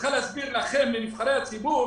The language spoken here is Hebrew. שצריכה להסביר לכם, לנבחרי הציבור,